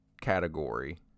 category